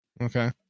Okay